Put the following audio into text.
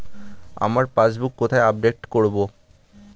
আমার পাসবুক কোথায় আপডেট করব?